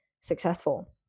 successful